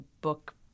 book